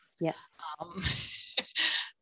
yes